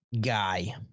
guy